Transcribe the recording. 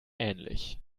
ähnlich